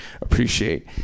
appreciate